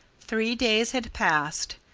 three days had passed.